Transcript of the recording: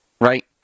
right